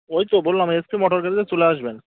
ওই তো বললাম এসপি মোটর গ্যারেজে চলে আসবেন